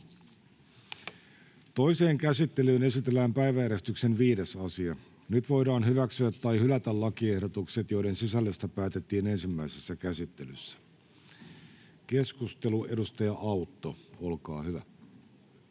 Toiseen käsittelyyn esitellään päiväjärjestyksen 5. asia. Nyt voidaan hyväksyä tai hylätä lakiehdotukset, joiden sisällöstä päätettiin ensimmäisessä käsittelyssä. — Keskustelu, edustaja Autto, olkaa hyvä.